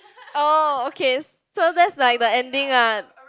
oh okay so that's like the ending ah